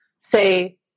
say